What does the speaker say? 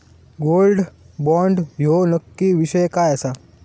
Gold bond ह्यो नक्की विषय काय आसा?